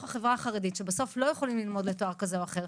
החברה החרדית שבסוף לא יכולים ללמוד לתואר כזה או אחר,